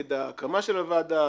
נגד ההקמה של הוועדה,